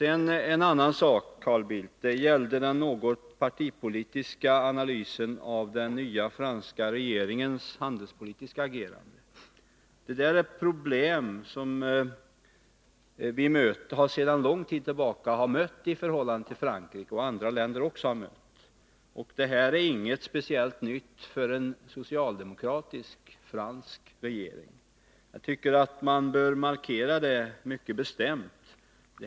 En annan sak är Carl Bildts något partipolitiska analys av den nya franska regeringens handelspolitiska agerande. Här rör det sig om problem som både Sverige och andra länder sedan lång tid har mött i förhållande till Frankrike, och det är alltså inget speciellt nytt med en socialdemokratisk fransk regering. Jag tycker man bör markera det mycket bestämt.